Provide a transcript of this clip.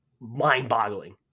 mind-boggling